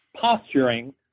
posturing